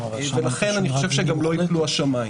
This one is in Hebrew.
לכן אני חושב שלא ייפלו השמים.